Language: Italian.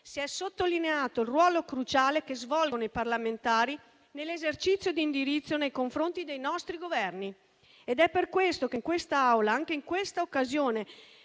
si è sottolineato il ruolo cruciale che svolgono i parlamentari nell'esercizio di indirizzo nei confronti dei nostri Governi. È per tale ragione che in quest'Aula, anche in questa occasione,